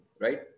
right